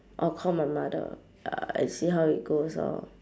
or call my mother ya I see how it goes orh